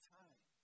time